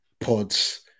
pods